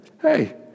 Hey